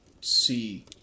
see